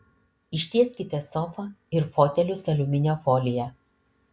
ištieskite sofą ir fotelius aliuminio folija